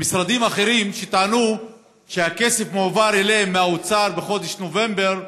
משרדים אחרים טענו שהכסף מועבר אליהם מהאוצר בחודש נובמבר